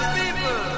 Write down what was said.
people